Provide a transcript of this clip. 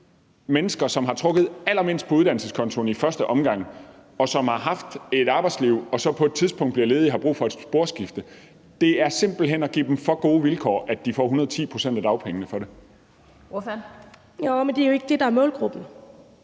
mennesker, som har trukket allermindst på uddannelseskontoen i første omgang, og som har haft et arbejdsliv og så på et tidspunkt bliver ledige og har brug for et sporskifte, så er det at give dem for gode vilkår, at de får 110 pct. af dagpengene for det? Kl. 11:38 Den fg. formand